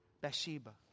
Bathsheba